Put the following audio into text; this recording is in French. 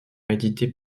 édité